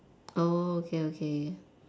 oh okay okay